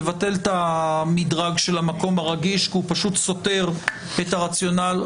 לבטל את המדרג של המקום הרגיש כי הוא סותר את הרציונל.